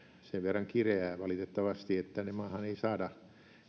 sen verran kireää valitettavasti että tähän maahan ei saada